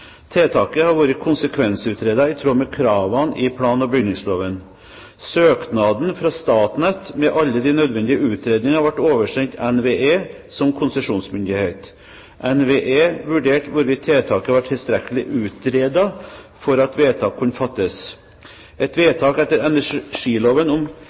Tiltaket har vært konsekvensutredet i tråd med kravene i plan- og bygningsloven. Søknaden fra Statnett med alle de nødvendige utredninger ble oversendt NVE som konsesjonsmyndighet. NVE vurderte hvorvidt tiltaket var tilstrekkelig utredet for at vedtak kunne fattes. Et vedtak etter energiloven om